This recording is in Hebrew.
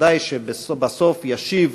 ודאי שבסוף ישיב